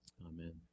Amen